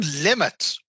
limit